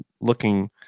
looking